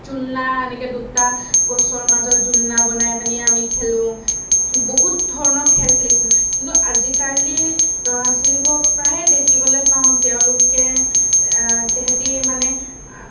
ঝুলনা এনেকৈ দুটা গছৰ মাজত ঝুলনা বনাই পেলাই আমি খেলোঁ বহুত ধৰণৰ খেল খেলিছিলোঁ কিন্তু আজিকালি ল'ৰা ছোৱালীবোৰক প্ৰায়ে দেখিবলৈ পাওঁ তেওঁলোকে তাহেঁতি মানে